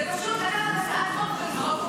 זה פשוט לקחת הצעת חוק ולזרוק אותה לפח.